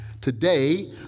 Today